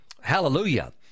hallelujah